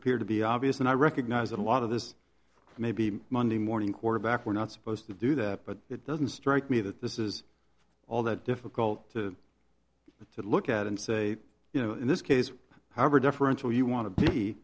appeared to be obvious and i recognize that a lot of this may be monday morning quarterback we're not supposed to do that but it doesn't strike me that this is all that difficult to but to look at and say you know in this case however differential you want to be